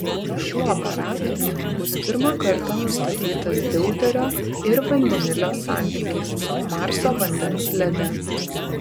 šiuo aparatu bus pirmą kartą nustatytas deuterio ir vandenilio santykis marso vandens lede